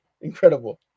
Incredible